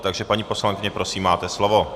Takže paní poslankyně, prosím, máte slovo.